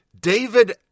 David